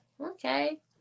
okay